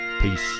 Peace